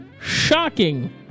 shocking